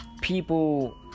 people